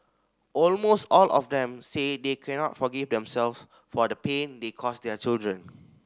almost all of them say they cannot forgive themselves for the pain they cause their children